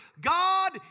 God